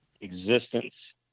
existence